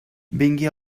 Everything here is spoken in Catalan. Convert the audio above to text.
vingui